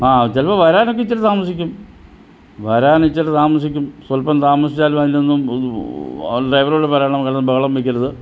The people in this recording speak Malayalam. ആ ചിലപ്പോൾ വരാനൊക്കെ ഇച്ചിരി താമസിക്കും വരാൻ ഇച്ചിരെ താമസിക്കും സ്വല്പം താമസിച്ചാലും അതിലൊന്നും ഡ്രൈവറോട് പറയണം കിടന്ന് ബഹളം വെക്കരുത്